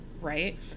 right